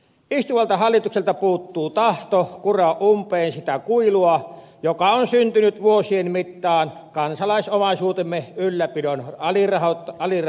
istuvalta hallitukselta puuttuu tahto kuroa umpeen sitä kuilua joka on syntynyt vuosien mittaan kansalaisomaisuutemme ylläpidon alirahoittamisesta